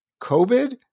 COVID